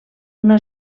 una